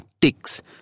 ticks